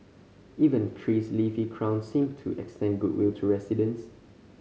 even the tree's leafy crown seemed to extend goodwill to residents